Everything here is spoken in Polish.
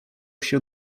się